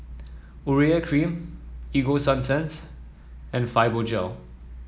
Urea Cream Ego Sunsense and Fibogel